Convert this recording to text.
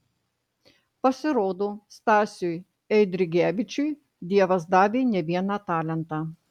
pasirodo stasiui eidrigevičiui dievas davė ne vieną talentą